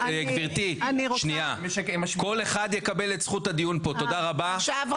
גברתי שנייה כל אחד יקבל את זכות הדיון פה תודה רבה.